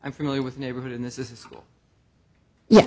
i'm familiar with neighborhood in this is ye